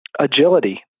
agility